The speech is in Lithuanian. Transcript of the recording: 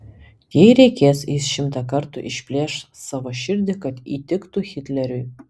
jei reikės jis šimtą kartų išplėš savo širdį kad įtiktų hitleriui